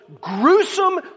gruesome